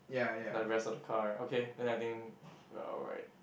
the rest of the car right okay then I think you're right